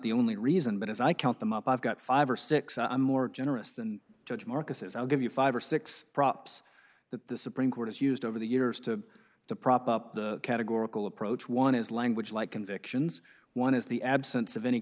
the only reason but as i count them up i've got five or six i'm more generous than judge marcus is i'll give you five or six props that the supreme court has used over the years to to prop up the categorical approach one is language like convictions one is the absence of any